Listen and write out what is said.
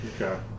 Okay